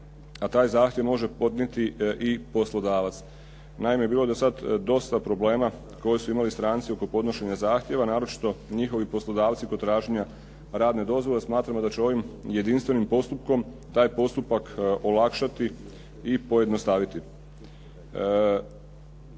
a taj zahtjev može podnijeti i poslodavac. Naime, bilo je do sada dosta problema koje su imali stranci oko podnošenja zahtjeva, naročito njihovi poslodavci kod traženja radne dozvole. Smatramo da će ovim jedinstvenim postupkom taj postupak olakšati i pojednostaviti.